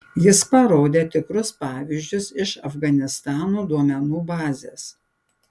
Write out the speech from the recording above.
jis parodė tikrus pavyzdžius iš afganistano duomenų bazės